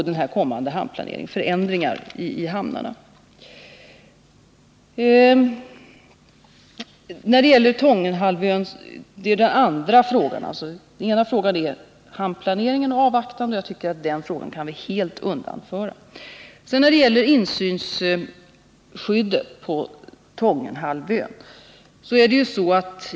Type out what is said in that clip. Den ena frågan gällde alltså att man borde avvakta hamnplaneringen, men den kan vi helt bortse ifrån. Den andra frågan gäller insynsskyddet på Tångenhalvön.